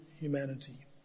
humanity